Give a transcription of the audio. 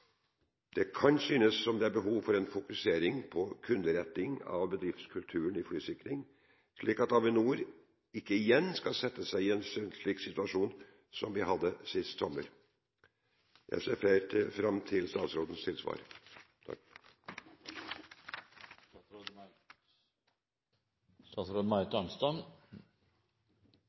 Det kan synes som det er behov for en fokusering på kunderetting av bedriftskulturen når det gjelder flysikring, slik at Avinor ikke igjen skal sette seg i en slik situasjon som vi hadde sist sommer. Jeg ser fram til statsrådens tilsvar.